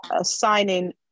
assigning